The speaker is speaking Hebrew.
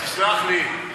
תסלח לי,